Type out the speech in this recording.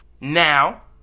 Now